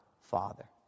father